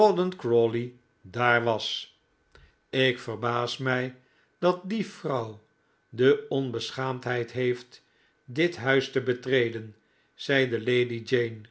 crawley daar was ik verbaas mij dat die vrouw de onbeschaamdheid heeft dit huis te betreden zeide lady jane